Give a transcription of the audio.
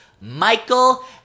Michael